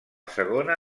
segona